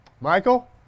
Michael